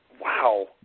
wow